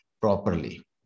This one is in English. properly